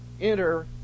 enter